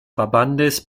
verbandes